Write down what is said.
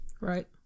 Right